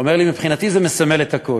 הוא אומר לי: מבחינתי זה מסמל את הכול.